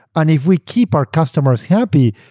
and if we keep our customers happy,